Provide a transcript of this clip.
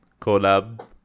collab